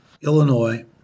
Illinois